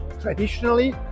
traditionally